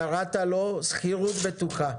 קראת לו "שכירות בטוחה".